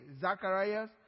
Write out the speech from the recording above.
Zacharias